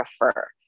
prefer